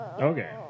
Okay